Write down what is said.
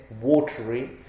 watery